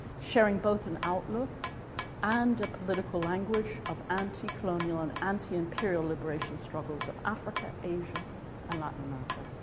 sharing both an outlook and a political language of anti-colonial and anti-imperial liberation struggles of africa, asia and latin america.